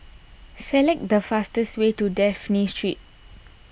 select the fastest way to Dafne Street